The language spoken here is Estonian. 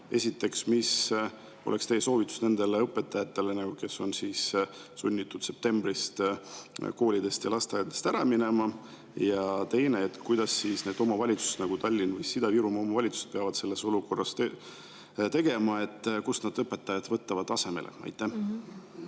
Esiteks, mis oleks teie soovitus nendele õpetajatele, kes on sunnitud septembrist koolidest ja lasteaedadest ära minema? Ja teine: mida need omavalitsused, nagu Tallinn või Ida-Virumaa omavalitsused, peavad selles olukorras tegema? Kust nad võtavad õpetajad asemele? Aitäh!